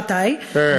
מתי,